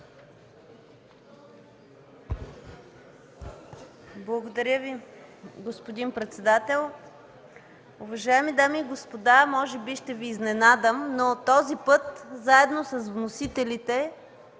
Благодаря Ви, господин председател. Уважаеми дами и господа, може би ще Ви изненадам, но този път заедно с вносителите